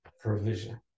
provision